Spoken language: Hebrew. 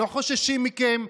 לא חוששים מכם.